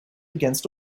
against